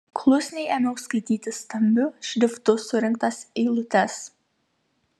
klusniai ėmiau skaityti stambiu šriftu surinktas eilutes